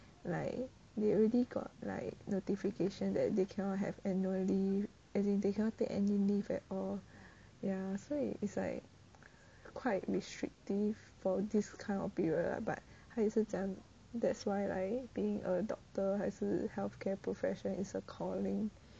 like they already got like notification that they cannot have annual leave as if they cannot take annual leave at all ya so it's like quite restrictive for this kind of period lah but 他也是讲 that's why like being a doctor 还是 healthcare profession is a calling